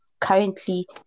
currently